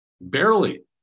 Barely